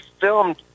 filmed